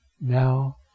now